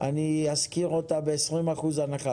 אני אשכיר אותה ב-20% הנחה.